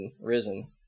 risen